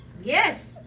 Yes